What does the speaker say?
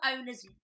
owners